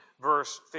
verse